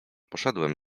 poszedłem